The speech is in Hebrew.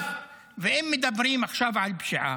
ואם מדברים עכשיו על פשיעה,